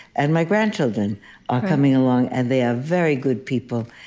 and my grandchildren are coming along, and they are very good people.